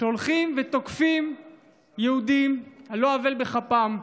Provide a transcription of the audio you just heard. שהולכים ותוקפים יהודים על לא עוול בכפם.